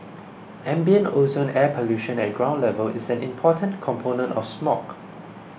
ambient ozone air pollution at ground level is an important component of smog